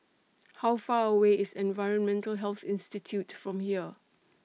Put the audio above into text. How Far away IS Environmental Health Institute from here